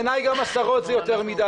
אני לא מקל ראש, בעיניי גם עשרות זה יותר מדי.